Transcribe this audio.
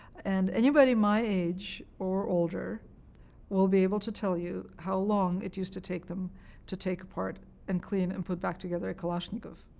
and anybody my age or older will be able to tell you how long it used to take them to take apart and clean and put back together a kalashnikov.